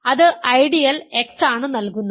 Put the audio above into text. അത് ideal X ആണ് നൽകുന്നത്